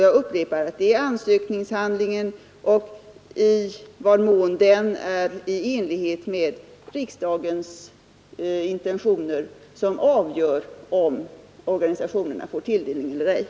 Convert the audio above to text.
Jag upprepar att det som avgör om organisationerna får tilldelning är i vad mån ansökningshandlingarna är i enlighet med riksdagens intentioner.